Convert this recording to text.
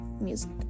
music